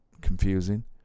confusing